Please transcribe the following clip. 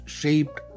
shaped